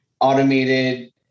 automated